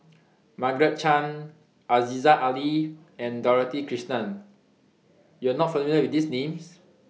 Margaret Chan Aziza Ali and Dorothy Krishnan YOU Are not familiar with These Names